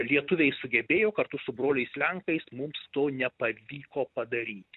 lietuviai sugebėjo kartu su broliais lenkais mums to nepavyko padaryti